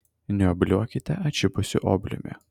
neobliuokite atšipusiu obliumi